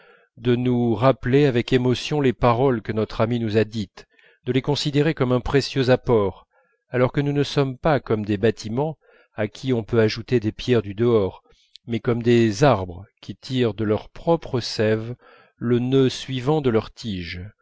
de nous rappeler avec émotion les paroles que notre ami nous a dites de les considérer comme un précieux apport alors que nous ne sommes pas comme des bâtiments à qui on peut ajouter des pierres du dehors mais comme des arbres qui tirent de leur propre sève le nœud suivant de leur tige